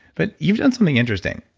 but you've done something interesting.